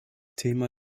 thema